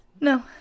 No